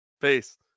Peace